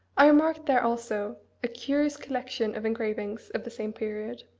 i remarked there also a curious collection of engravings of the same period.